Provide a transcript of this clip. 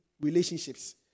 relationships